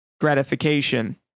gratification